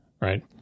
right